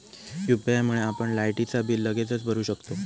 UPI मुळे आपण लायटीचा बिल लगेचच भरू शकतंव